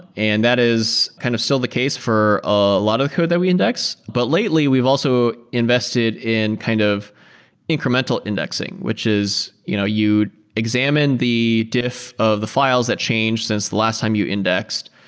and that is kind of still the case for a lot of code that we index. but lately, we've also invested in kind of incremental indexing, which is you know you examine the diff of the files that changed since last time you indexed.